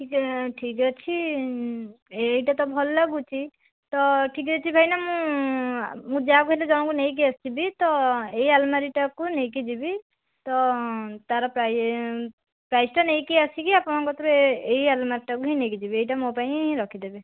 ଠିକ ଠିକ ଅଛି ଏଇଟା ତ ଭଲ ଲାଗୁଛି ତ ଠିକ ଅଛି ଭାଇନା ମୁଁ ଯାହାକୁ ହେଲେ ଜଣଙ୍କୁ ନେଇକି ଆସିବି ତ ଏଇ ଆଲମାରୀଟାକୁ ନେଇକି ଯିବି ତ ତାର ପ୍ରାଇସଟା ନେଇକି ଆସିକି ଆପଣଙ୍କ କତିରୁ ଏଇ ଆଲମାରୀଟାକୁ ହିଁ ନେଇକି ଯିବି ଏଇଟା ମୋ ପାଇଁ ରଖିଦେବେ